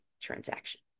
transaction